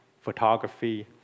photography